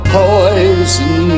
poison